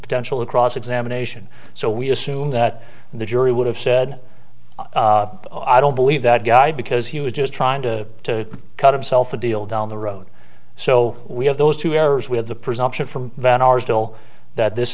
potential of cross examination so we assume that the jury would have said oh i don't believe that guy because he was just trying to cut himself a deal down the road so we have those two errors we have the presumption from van arsdale that this